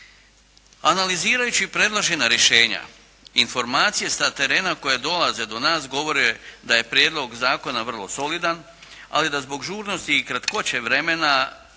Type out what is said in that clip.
analizirajući predložena rješenja informacije sa terena koje dolaze do nas govore da je prijedlog zakona vrlo solidan, ali da zbog žurnosti i kratkoće vremena